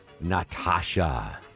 Natasha